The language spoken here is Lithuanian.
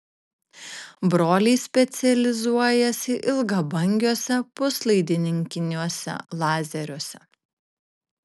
broliai specializuojasi ilgabangiuose puslaidininkiniuose lazeriuose